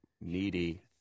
needy